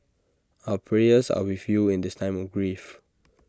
our prayers are with you in this time of grief